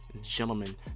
gentlemen